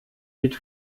mit